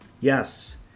yes